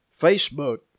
Facebook